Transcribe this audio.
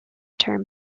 term